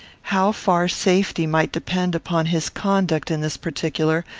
how far safety might depend upon his conduct in this particular,